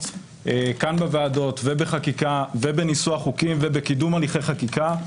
כאן בוועדה ובחקיקה ובניסוח חוקים ובקידום הליכי חקיקה,